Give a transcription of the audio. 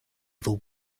evil